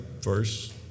first